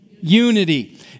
unity